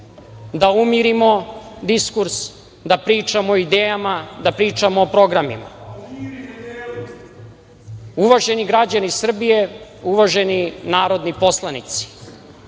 da umirimo diskurs, da pričamo o idejama, da pričamo o programima. Uvaženi građani Srbije, uvaženi narodni poslanici,